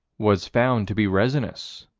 was found to be resinous.